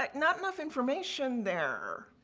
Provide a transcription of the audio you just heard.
like not enough information there.